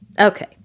Okay